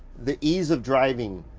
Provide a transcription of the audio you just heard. the ease of driving